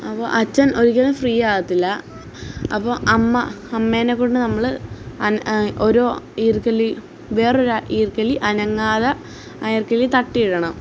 അപ്പോള് അച്ഛൻ ഒരിക്കലും ഫ്രീ ആവത്തില്ല അപ്പോള് അമ്മ അമ്മേനെ കൊണ്ട് നമ്മള് ഒരു ഈർക്കലി വേറൊരു ഈർക്കലി അനങ്ങാതെ ആ ഈർക്കലി തട്ടി ഇടണം